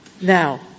Now